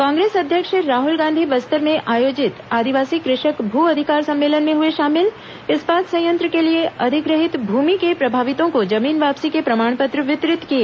कांग्रेस अध्यक्ष राहल गांधी बस्तर में आयोजित आदिवासी कृषक भू अधिकार सम्मेलन में हुए शामिल इस्पात संयंत्र के लिए अधिग्रहित भूमि के प्रभावितों को जमीन वापसी के प्रमाण पत्र वितरित किए